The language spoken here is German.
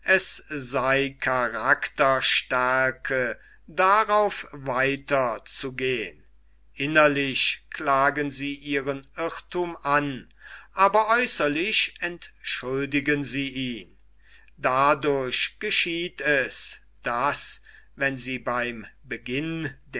sei karakterstärke darauf weiter zu gehn innerlich klagen sie ihren irrthum an aber äußerlich entschuldigen sie ihn dadurch geschieht es daß wenn sie beim beginn